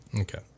Okay